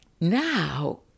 now